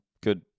Good